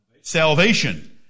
salvation